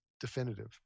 definitive